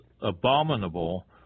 abominable